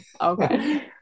Okay